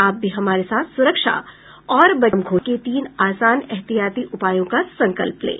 आप भी हमारे साथ सुरक्षा और बचाव के तीन आसान एहतियाती उपायों का संकल्प लें